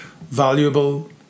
valuable